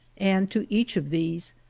and to each of these,